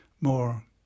more